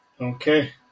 okay